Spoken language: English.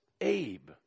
Abe